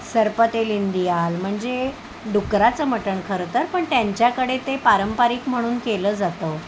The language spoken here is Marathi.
सरपतेल इंदियाल म्हणजे डुकराचं मटण खरं तर पण त्यांच्याकडे ते पारंपरिक म्हणून केलं जातं